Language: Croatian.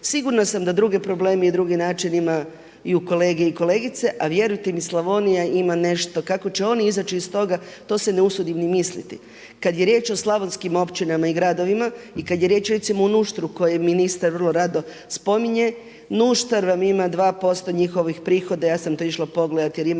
Sigurna sam da druge probleme i drugi način imaju kolege i kolegice, a vjerujte mi Slavonija ima nešto. Kako će oni izaći iz toga to se ne usudim ni misliti. Kad je riječ o slavonskim općinama i gradovima i kad je riječ redimo o Nuštru koji je ministar vrlo rado spominje, Nuštar vam ima dva posto njihovih prihoda. Ja sam to išla pogledati, jer imam